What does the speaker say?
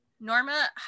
Norma